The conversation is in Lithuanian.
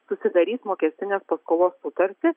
susidaryt mokestinės paskolos sutartį